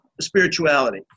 spirituality